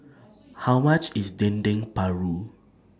How much IS Dendeng Paru